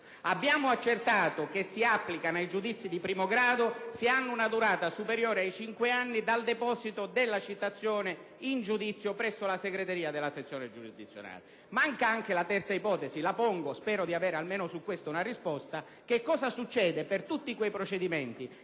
abbiamo accertato che esse si applicano ai giudizi di primo grado se hanno una durata superiore ai cinque anni dal deposito della citazione in giudizio presso la segreteria della sezione giurisdizionale. Manca anche la terza ipotesi, che pongo, sperando di ricevere almeno su questo una risposta: cosa succede per tutti quei procedimenti